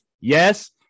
Yes